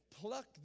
Pluck